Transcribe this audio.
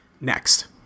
Next